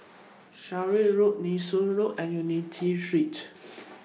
Sarkies Road Nee Soon Road and Unity Street